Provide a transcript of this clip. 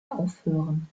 aufhören